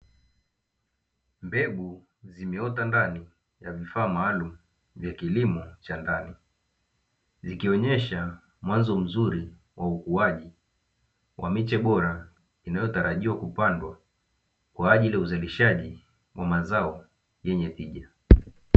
Mbegu zimeota ndani ya vifaa maalumu vya kilimo cha ndani, zikionyesha mwanzo mzuri wa ukuaji wa miche bora inayotarajiwa kupandwa kwaajili ya uzalishaji wa mazao yenye tija.